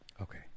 Okay